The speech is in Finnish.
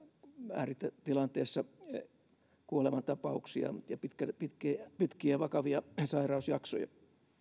ääritilanteessa kuolemantapauksia ja pitkiä pitkiä vakavia sairausjaksoja